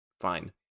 Fine